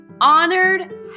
honored